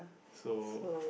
so